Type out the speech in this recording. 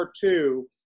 two